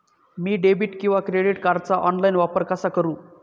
मी debit किंवा credit कार्डचा online वापर कसा करु?